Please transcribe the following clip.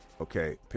okay